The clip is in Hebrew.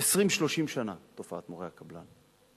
20 30 שנה, תופעת מורי הקבלן.